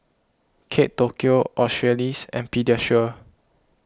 Kate Tokyo Australis and Pediasure